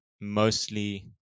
mostly